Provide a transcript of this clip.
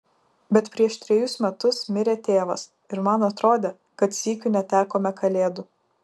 bet prieš trejus metus mirė tėvas ir man atrodė kad sykiu netekome kalėdų